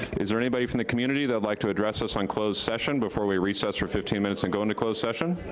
is there anybody from the community that would like to address us on closed session before we recess for fifteen minutes and go into closed session?